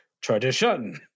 Tradition